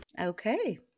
Okay